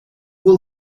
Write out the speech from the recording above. will